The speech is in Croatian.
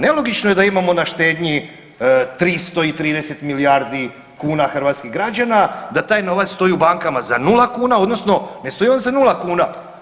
Nelogično je da imamo na štednji 330 milijardi kuna hrvatskih građana, da taj novac stoji u bankama za 0 kuna odnosno ne stoji on za 0 kuna.